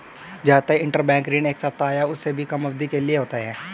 जादातर इन्टरबैंक ऋण एक सप्ताह या उससे भी कम अवधि के लिए होते हैं